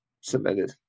submitted